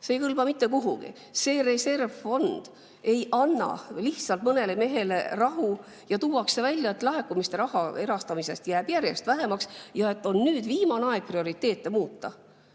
See ei kõlba mitte kuhugi. See reservfond ei anna lihtsalt mõnele mehele rahu ja tuuakse välja, et erastamisest laekub raha järjest vähem ja et on nüüd viimane aeg prioriteete muuta.